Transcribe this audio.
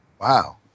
Wow